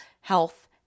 health